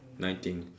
nothing